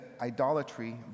idolatry